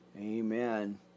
Amen